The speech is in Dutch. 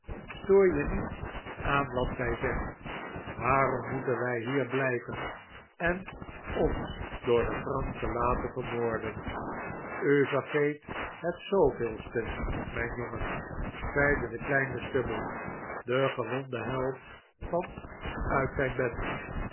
stoor je niet aan wat zij zegt waarom moeten wij hier blijven en ons door de franschen laten vermoorden u vergeet het de t m jj n jongen zeide de kleine stubble de gewonde held van uit zijn bed